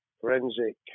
forensic